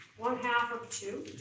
one half of two.